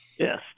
Yes